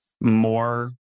more